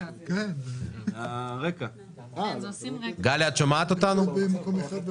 הראשון לקבלת קצבת זקנה או קצבה מגורם משלם,